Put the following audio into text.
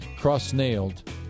cross-nailed